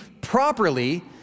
properly